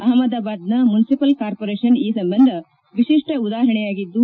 ಅಹ್ನದಾಬಾದ್ನ municipal corporation ಈ ಸಂಬಂಧ ವಿಶಿಷ್ಟ ಉದಾಹರಣೆಯಾಗಿದ್ದು